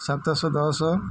ସାତଶହ ଦଶ